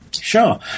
Sure